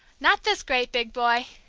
not this great, big boy!